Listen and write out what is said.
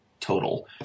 total